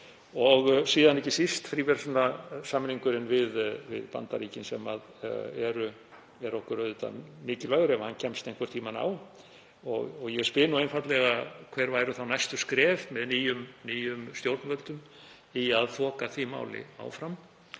er það ekki síst fríverslunarsamningurinn við Bandaríkin sem er okkur auðvitað mikilvægur ef hann kemst einhvern tímann á. Ég spyr einfaldlega: Hver væru næstu skref með nýjum stjórnvöldum í að þoka því máli áfram?